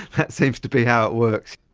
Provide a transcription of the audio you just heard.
that seems to be how it works.